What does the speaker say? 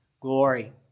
glory